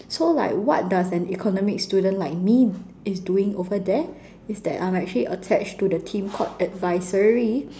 so like what does an economic student like me is doing over there is that I'm actually attached to the team called advisory